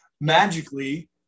magically